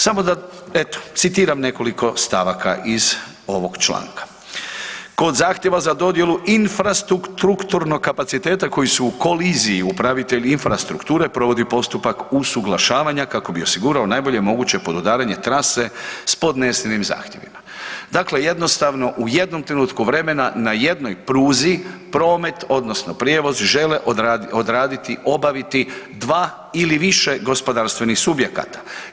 Samo da eto citiram nekoliko stavaka iz ovog članka „kod zahtjeva za dodjelu infrastrukturnog kapaciteta koji su koliziji upravitelj infrastrukture provodi postupak usuglašavanja kako bi osigurao najbolje moguće podudaranje trase s podnesenim zahtjevima“, dakle jednostavno u jednom trenutku vremena na jednoj pruzi promet odnosno prijevoz žele odraditi, obaviti dva ili više gospodarstvenih subjekata.